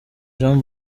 jean